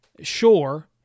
Sure